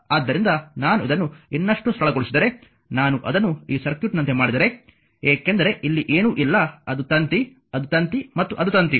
ಆದ್ದರಿಂದ ನಾನು ಇದನ್ನು ಇನ್ನಷ್ಟು ಸರಳಗೊಳಿಸಿದರೆ ನಾನು ಅದನ್ನು ಈ ಸರ್ಕ್ಯೂಟ್ನಂತೆ ಮಾಡಿದರೆ ಏಕೆಂದರೆ ಇಲ್ಲಿ ಏನೂ ಇಲ್ಲ ಅದು ತಂತಿ ಅದು ತಂತಿ ಮತ್ತು ಅದು ತಂತಿ